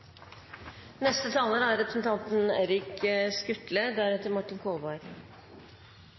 Neste taler er representanten